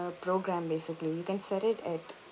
program basically you can set it at